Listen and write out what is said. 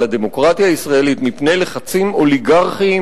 הדמוקרטיה הישראלית מפני לחצים אוליגרכיים